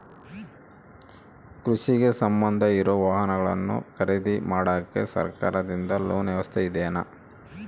ಕೃಷಿಗೆ ಸಂಬಂಧ ಇರೊ ವಾಹನಗಳನ್ನು ಖರೇದಿ ಮಾಡಾಕ ಸರಕಾರದಿಂದ ಲೋನ್ ವ್ಯವಸ್ಥೆ ಇದೆನಾ?